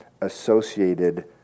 associated